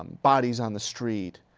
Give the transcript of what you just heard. um bodies on the street,